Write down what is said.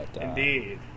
Indeed